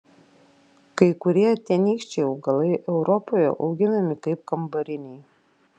kai kurie tenykščiai augalai europoje auginami kaip kambariniai